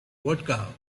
vodka